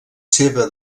seva